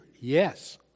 Yes